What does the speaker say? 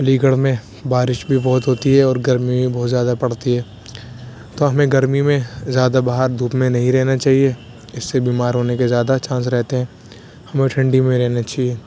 علی گڑھ میں بارش بھی بہت ہوتی ہے اور گرمی بھی بہت زیادہ پڑتی ہے تو ہمیں گرمی میں زیادہ باہر دھوپ میں نہیں رہنا چاہیے اس سے بیمار ہونے کے زیادہ چانس رہتے ہیں ہمیں ٹھنڈی میں رہنا چاہیے